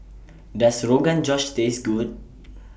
Does Rogan Josh Taste Good